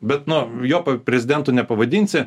bet nuo jo prezidentu nepavadinsi